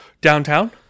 Downtown